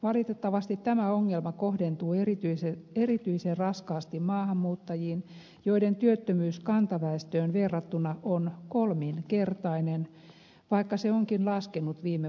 valitettavasti tämä ongelma kohdentuu erityisen raskaasti maahanmuuttajiin joiden työttömyys kantaväestöön verrattuna on kolminkertainen vaikka se onkin laskenut viime vuosina